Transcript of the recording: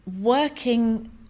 working